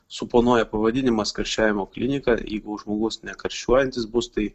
suponuoja pavadinimas karščiavimo klinika jeigu žmogus nekarščiuojantis bus tai